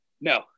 No